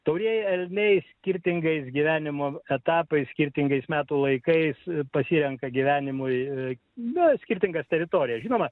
taurieji elniai skirtingais gyvenimo etapais skirtingais metų laikais pasirenka gyvenimui ir skirtingas teritorijas žinoma